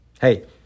Hey